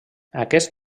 aquest